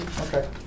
Okay